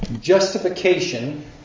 justification